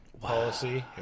policy